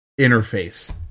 interface